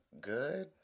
good